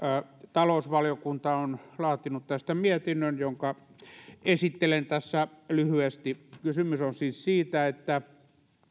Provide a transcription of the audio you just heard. talousvaliokunta on laatinut tästä mietinnön jonka esittelen tässä lyhyesti kysymys on siis siitä että